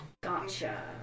Gotcha